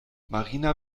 marina